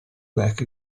back